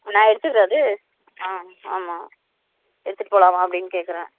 நான் எடுத்துக்குறேன் அது ஆ ஆமாம் எடுத்துட்டு போகலாமா அப்படின்னு கேட்குறேன்